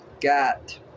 got